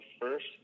first